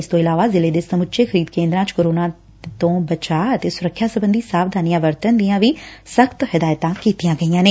ਇਸ ਤੋਂ ਇਲਾਵਾ ਜ਼ਿਲੇ ਦੇ ਸਮੁੱਚੇ ਖਰੀਦ ਕੇ ਂਦਰਾਂ ਵਿਚ ਕੋਰੋਨਾ ਤੋਂ ਬਚਾਅ ਤੇ ਸੁਰੱਖਿਆ ਸਬੰਧੀ ਸਾਵਧਾਨੀਆਂ ਵਰਤਣ ਦੀਆਂ ਵੀ ਸਖ਼ਤ ਹਦਾਇਤਾ ਕੀਤੀਆਂ ਗਈਆਂ ਨੇ